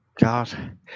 god